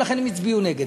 ולכן הם הצביעו נגד.